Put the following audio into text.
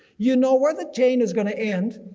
you know where the chain is going to end,